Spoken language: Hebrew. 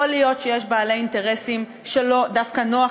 יכול להיות שיש בעלי אינטרסים שדווקא נוח